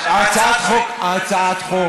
הצעת החוק